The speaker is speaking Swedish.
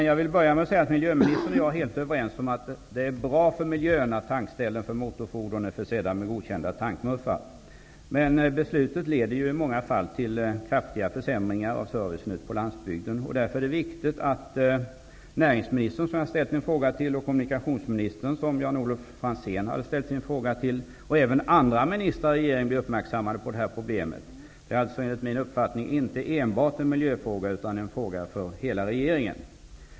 Jag vill börja med att säga att miljöministern och jag är helt överens om att det är bra för miljön att tankställen för motorfordon är försedda med godkända tankmuffar. Men beslutet leder i många fall till kraftiga försämringar av servicen ute på landsbygden. Därför är det viktigt att näringsministern, som jag ställde frågan till, och kommunikationsministern, som Jan-Olof Franzén ställde frågan till, och även andra ministrar i regeringen blir uppmärksamma på detta problem. Det är alltså enligt min uppfattning inte enbart en miljöfråga, utan en fråga för hela regeringen.